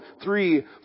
three